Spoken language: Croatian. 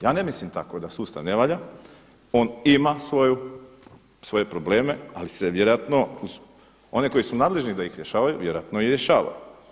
Ja ne mislim tako da sustav ne valja, on ima svoje probleme ali se vjerojatno uz one koji su nadležni da ih rješavaju vjerojatno i rješava.